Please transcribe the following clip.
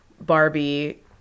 Barbie